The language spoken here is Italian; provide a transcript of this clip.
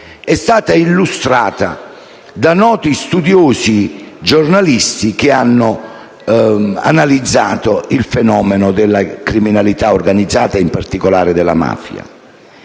è stata illustrata da noti studiosi e giornalisti che hanno analizzato il fenomeno della criminalità organizzata e in particolare della mafia.